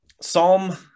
Psalm